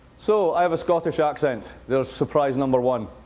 so i have a scottish accent. there's surprise number one.